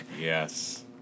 yes